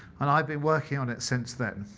and i've been working on it since then.